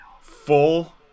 full